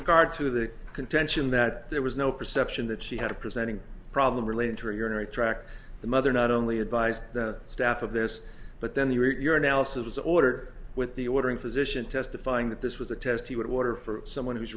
regard to the contention that there was no perception that she had a presenting problem related to a urinary tract the mother not only advised the staff of this but then you're analysis order with the ordering physician testifying that this was a test he would order for someone who's